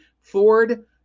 Ford